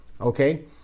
Okay